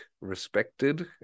respected